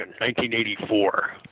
1984